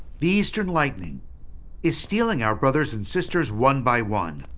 the eastern lightning is stealing our brothers and sisters one by one.